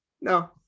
no